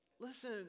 Listen